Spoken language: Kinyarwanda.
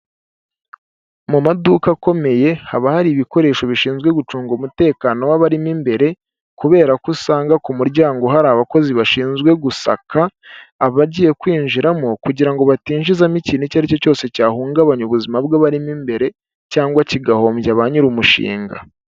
mu maduka akomeye haba hari ibikoresho bishinzwe gucunga umutekano w'abarimo imbere kubera ko usanga ku muryango hari abakozi bashinzwe gusaka abagiye kwinjiramo kugira ngo batinjizamo ikintu icyo ari cyo cyose cyahungabanya ubuzima bw'abarimo imbere cyangwa kigahombya ba nyir'umushinga.